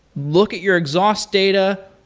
look at your exhaust data,